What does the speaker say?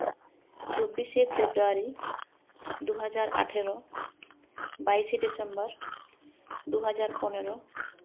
ᱪᱚᱵᱵᱤᱥᱮ February ᱫᱩ ᱦᱟᱡᱟᱨ ᱟᱴᱷᱮᱨᱚ ᱵᱟᱭᱤᱥᱮ ᱰᱤᱥᱮᱢᱵᱚᱨ ᱫᱩ ᱦᱟᱡᱟᱨ ᱯᱚᱱᱮᱨᱚ